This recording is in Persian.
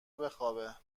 بخوابه